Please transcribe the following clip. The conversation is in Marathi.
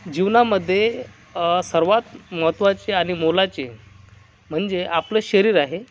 जीवनामध्ये सर्वात महत्वाचे आणि मोलाचे म्हणजे आपले शरीर आहे